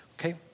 Okay